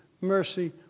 mercy